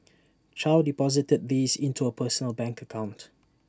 chow deposited these into her personal bank account